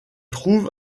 trouve